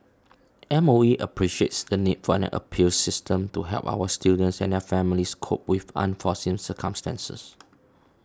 M O E appreciates the need for an appeals system to help our students and their families cope with unforeseen circumstances